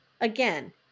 again